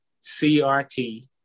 CRT